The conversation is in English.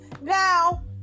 Now